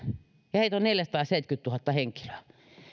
ja heitä on neljäsataaseitsemänkymmentätuhatta henkilöä